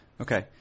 Okay